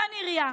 גן עירייה.